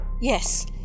Yes